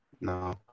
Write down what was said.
No